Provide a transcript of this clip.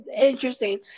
interesting